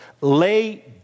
lay